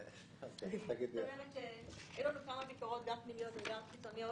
היו לנו כמה ביקורות גם פנימיות וגם חיצוניות.